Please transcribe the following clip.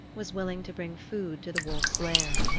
was willing to bring food to the wolf's lair.